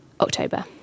October